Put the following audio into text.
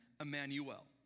Emmanuel